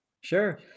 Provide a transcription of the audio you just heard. Sure